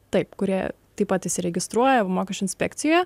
taip kurie taip pat įsiregistruoja mokesčių inspekcijoje